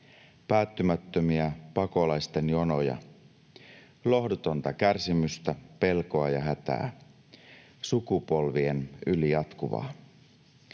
päättymättömiä pakolaisten jonoja, lohdutonta kärsimystä, pelkoa ja hätää, sukupolvien yli jatkuvaa.